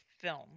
film